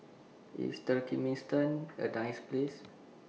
IS Turkmenistan A nice Place